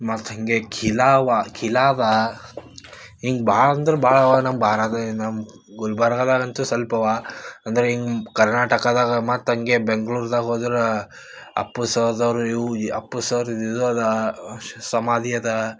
ಮತ್ತು ಹೀಗೆ ಕಿಲಾ ಅವ ಕಿಲಾ ಅವ ಹಿಂಗೆ ಭಾಳ ಅಂದ್ರೆ ಭಾಳ ಅವ ನಮ್ಮ ಭಾರತದಿಂದ ನಮ್ಮ ಗುಲ್ಬರ್ಗದಾಗಂತೂ ಸ್ವಲ್ಪ ಅವ ಅಂದ್ರೆ ಹಿಂಗೆ ಕರ್ನಾಟಕದಾಗ ಮತ್ತು ಹಂಗೆ ಬೆಂಗ್ಳೂರ್ದಾಗ ಹೋದ್ರ ಅಪ್ಪು ಸರ್ದು ಅವರು ಇವು ಈ ಅಪ್ಪು ಸರ್ದು ಇದು ಅದ ಸಮಾಧಿ ಅದ